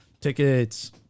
tickets